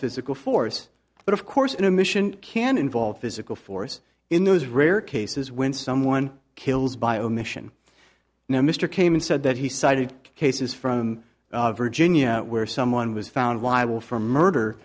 physical force but of course in a mission can involve physical force in those rare cases when someone kills by omission now mr came and said that he cited cases from virginia where someone was found liable for